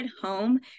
home